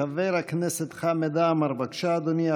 חבר הכנסת חמד עמאר, בבקשה, אדוני.